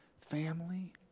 family